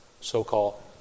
so-called